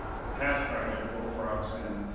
the past project, bullfrogs, and